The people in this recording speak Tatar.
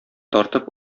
тартып